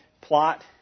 plot